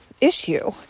issue